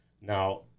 Now